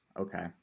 Okay